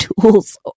tools